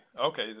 Okay